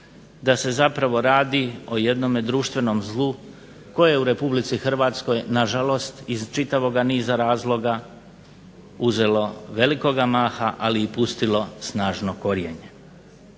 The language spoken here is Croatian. da se zapravo radi o jednome društvenom zlu koje je u RH nažalost iz čitavoga niza razloga uzelo velikog maha, ali i pustilo snažno korijenje.